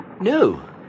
No